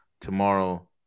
tomorrow